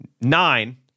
Nine